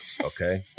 okay